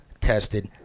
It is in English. tested